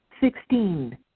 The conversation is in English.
Sixteen